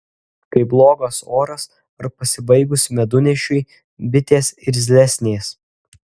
kai blogas oras ar pasibaigus medunešiui bitės irzlesnės